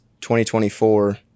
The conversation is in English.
2024